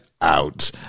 out